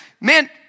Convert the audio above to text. man